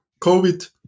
COVID